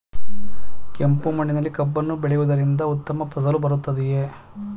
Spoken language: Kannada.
ಕೆಂಪು ಮಣ್ಣಿನಲ್ಲಿ ಕಬ್ಬನ್ನು ಬೆಳೆಯವುದರಿಂದ ಉತ್ತಮ ಫಸಲು ಬರುತ್ತದೆಯೇ?